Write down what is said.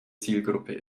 zielgruppe